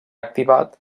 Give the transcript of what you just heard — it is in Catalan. activat